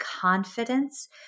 confidence